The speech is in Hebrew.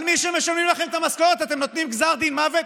על מי שמשלמים לכם את המשכורת אתם נותנים גזר דין מוות,